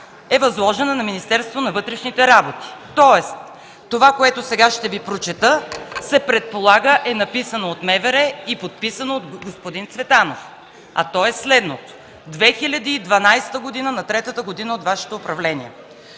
е възложена на Министерството на вътрешните работи. Тоест, това, което сега ще Ви препрочета, се предполага, е написано от МВР и подписано от господин Цветанов – 2012 г., на третата година от Вашето управление.